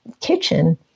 kitchen